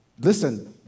listen